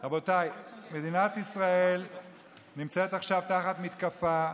רבותיי, מדינת ישראל נמצאת עכשיו תחת מתקפה.